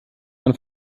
man